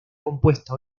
compuesta